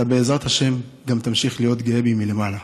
אתה, בעזרת השם, תמשיך להיות גאה בי גם מלמעלה.